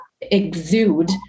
exude